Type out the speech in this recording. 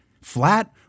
flat